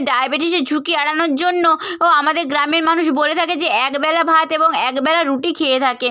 ডায়াবেটিসের ঝুঁকি এড়ানোর জন্য ও আমাদের গ্রামের মানুষ বলে থাকে যে একবেলা ভাত এবং একবেলা রুটি খেয়ে থাকে